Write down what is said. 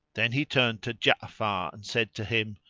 then he turned to ja'afar and said to him,